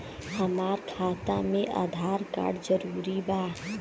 हमार खाता में आधार कार्ड जरूरी बा?